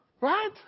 Right